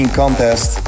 contest